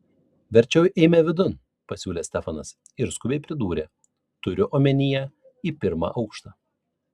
verčiau eime vidun pasiūlė stefanas ir skubiai pridūrė turiu omenyje į pirmą aukštą